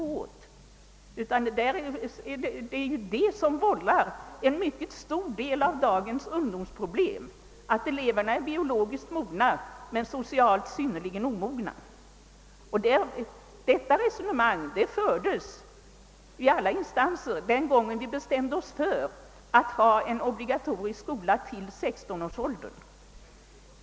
Det är detta faktum som vållar en mycket stor del av dagens ungdomsproblem. Eleverna är biologiskt mogna men socialt synnerligen omogna. Detta resonemang fördes i alla instanser när vi bestämde oss för att ha en obligatorisk skolgång upp till sextonårsåldern.